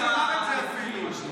חבר הכנסת אלון שוסטר,